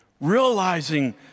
realizing